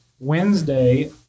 Wednesday